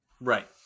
Right